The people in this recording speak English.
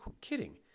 kidding